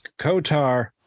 Kotar